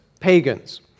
pagans